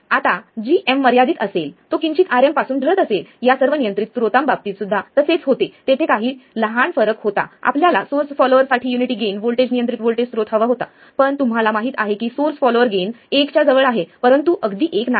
आता gm मर्यादित असेल तो किंचित Rm पासून ढळत असेल या सर्व नियंत्रित स्रोता बाबतीत सुद्धा तसेच होते तेथे काही लहान फरक होता आपल्याला सोर्स फॉलॉअर साठी युनिटी गेन व्होल्टेज नियंत्रित व्होल्टेज स्रोत हवा होता पण तुम्हाला माहित आहे की सोर्स फॉलॉअर गेन एक च्या जवळ आहे परंतु अगदी एक नाही